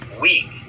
weak